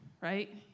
right